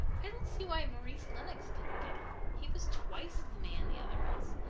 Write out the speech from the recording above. i don't see why maurice lennox didn't get her. he was twice the man the other is.